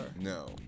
No